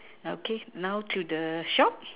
okay now to the shop